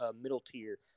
middle-tier